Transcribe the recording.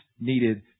needed